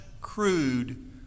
crude